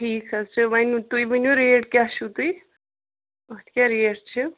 ٹھیٖک حظ چھُ وَنۍ تۄہہِ ؤنِو ریٹ کیٛاہ چھو تۄہہِ اَتھ کیٛاہ ریٹ چھِ